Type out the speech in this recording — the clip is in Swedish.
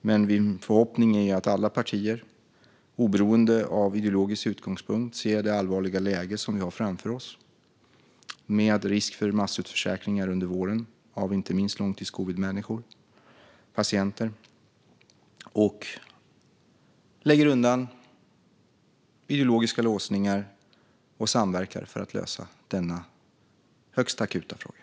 Men min förhoppning är att alla partier, oberoende av ideologisk utgångspunkt, ser det allvarliga läge som vi har framför oss, med risk för massutförsäkringar under våren av inte minst långtidscovidpatienter, lägger undan ideologiska låsningar och samverkar för att lösa denna högst akuta fråga.